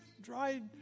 dried